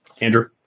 Andrew